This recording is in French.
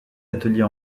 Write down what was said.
atelier